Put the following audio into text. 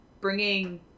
bringing